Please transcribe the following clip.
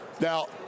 Now